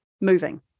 moving